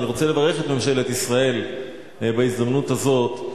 אני רוצה לברך את ממשלת ישראל בהזדמנות הזאת.